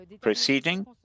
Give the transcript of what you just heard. proceeding